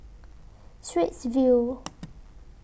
Straits View